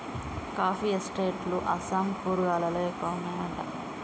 coffee estate లు అస్సాం, కూర్గ్ లలో ఎక్కువ వున్నాయట